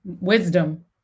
wisdom